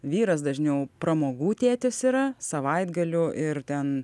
vyras dažniau pramogų tėtis yra savaitgalių ir ten